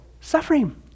suffering